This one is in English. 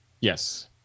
Yes